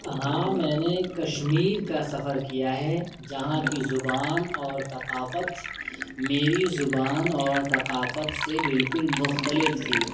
ہاں میں نے کشمیر کا سفر کیا ہے جہاں کی زبان اور ثقافت میری زبان اور ثقافت سے بالکل مختلف تھی